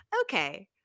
okay